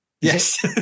Yes